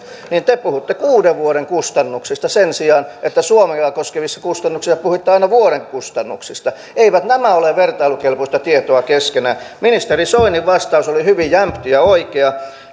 niin te puhutte kuuden vuoden kustannuksista sen sijaan että suomea koskevissa kustannuksissa te puhuitte aina vuoden kustannuksista eivät nämä ole vertailukelpoista tietoa keskenään ministeri soinin vastaus oli hyvin jämpti ja oikea